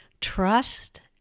trust